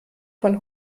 von